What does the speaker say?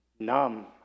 numb